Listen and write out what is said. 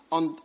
on